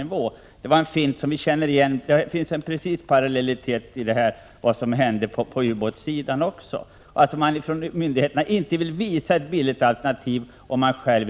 Det var en fint som vi känner igen. Det finns en parallell till detta i vad som hände på ubåtssidan, dvs. att myndigheterna inte vill visa ett billigt alternativ.